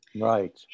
Right